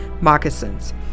moccasins